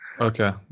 okay